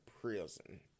prison